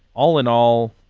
all in all,